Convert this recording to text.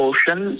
Ocean